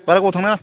बारा गोबाव थांनाङा